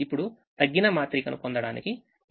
ఇప్పుడు తగ్గినమాత్రికను పొందండి